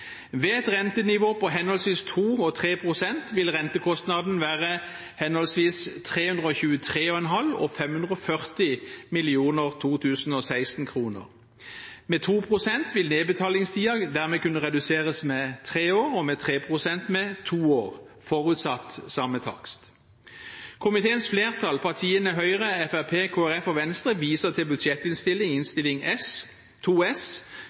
Ved et rentenivå på henholdsvis 2 og 3 pst. vil rentekostnaden være henholdsvis 323,5 og 540 millioner 2016-kroner. Med 2 pst. vil nedbetalingstiden dermed kunne reduseres med tre år og med 3 pst. med to år, forutsatt samme takst. Et annet av komiteens flertall, partiene Høyre, Fremskrittspartiet, Kristelig Folkeparti og Venstre, viser til budsjettinnstillingen, Innst. 2 S